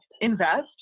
invest